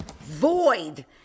Void